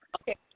Okay